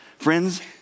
Friends